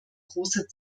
großer